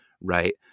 right